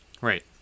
Right